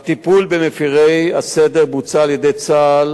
הטיפול במפירי הסדר בוצע על-ידי צה"ל,